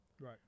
right